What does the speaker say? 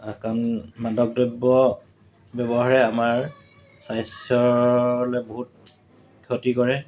কাৰণ মাদক দ্ৰব্য ব্যৱহাৰে আমাৰ স্বাস্থ্যলৈ বহুত ক্ষতি কৰে